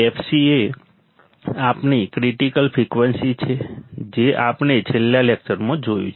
fc એ આપણી critical frequency છે જે આપણે છેલ્લા લેક્ચરમાં જોયું છે